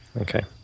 Okay